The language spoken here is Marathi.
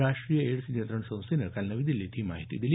राष्ट्रीय एडस नियंत्रण संस्थेनं काल नवी दिल्लीत ही माहिती दिली